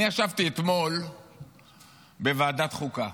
אני ישבתי אתמול בוועדת החוקה.